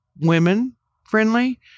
women-friendly